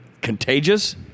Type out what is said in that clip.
contagious